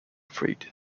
freed